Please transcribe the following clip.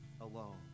alone